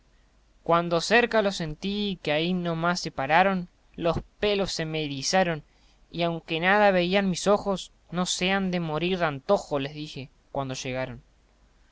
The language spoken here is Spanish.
cuando cerca los sentí y que ahi no más se pararon los pelos se me erizaron y aunque nada vían mis ojos no se han de morir de antojo les dije cuando llegaron